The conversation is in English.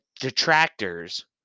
detractors